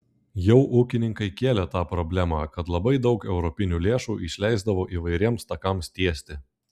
jau ūkininkai kėlė tą problemą kad labai daug europinių lėšų išleisdavo įvairiems takams tiesti